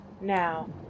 now